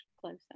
closer